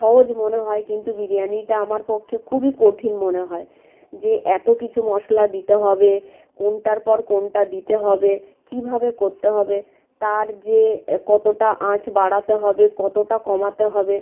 সহজ মনে হয় কিন্তু বিরিয়ানিটা আমার পক্ষে খুবই কঠিন মনে হয় যে এতো কিছু মশলা দিতে হবে কোনটার পর কোনটা দিতে হবে কীভাবে করতে হবে তার যে কতটা আঁচ বাড়াতে হবে কতটা কমাতে হবে